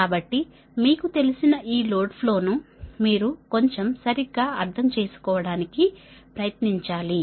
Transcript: కాబట్టి మీకు తెలిసిన ఈ లోడ్ ఫ్లో ను మీరు కొంచెం అర్థం చేసుకోవడానికి ప్రయత్నించాలి